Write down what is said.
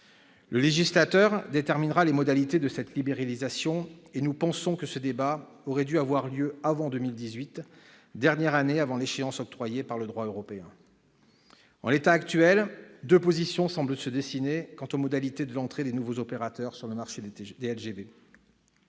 Le législateur déterminera les modalités de cette libéralisation, mais nous pensons que ce débat aurait dû avoir lieu avant 2018, dernière année avant l'échéance fixée par le droit européen. En l'état actuel, deux positions semblent se dessiner quant aux modalités de l'entrée des nouveaux opérateurs sur le marché des LGV